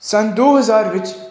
ਸੰਨ ਦੋ ਹਜ਼ਾਰ ਵਿੱਚ